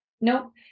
Nope